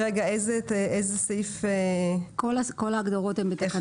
כל ההגדרות הן בתקנה